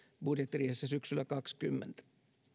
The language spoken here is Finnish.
budjettiriihessä syksyllä kaksikymmentä